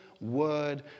word